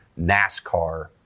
NASCAR